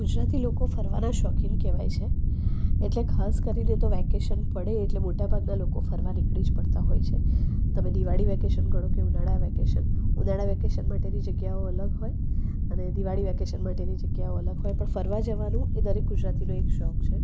ગુજરાતી લોકો ફરવાના શોખીન કહેવાય છે એટલે ખાસ કરીને તો વેકેશન પડે એટલે મોટા ભાગના લોકો ફરવાનાને નીકળી પડતા હોય છે તમે દિવાળી વેકેશન ગણો કે ઉનાળા વેકેશન ઉનાળા વેકેશન માટેની જગ્યાઓ અલગ હોય અને દિવાળી વેકેશન માટેની જગ્યાઓ અલગ હોય પણ ફરવા જવાનું એ દરેક ગુજરાતીનો એક શોખ છે